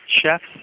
chefs